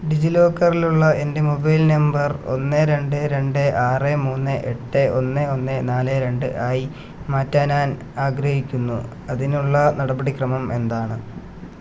ഡിജിലോക്കറിലുള്ള എൻ്റെ mobile number ഒന്ന് രണ്ട് രണ്ട് ആറ് മൂന്ന് എട്ട് ഒന്ന് ഒന്ന് നാല് രണ്ട് ആയി മാറ്റാൻ ഞാൻ ആഗ്രഹിക്കുന്നു അതിനുള്ള നടപടിക്രമം എന്താണ്